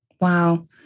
Wow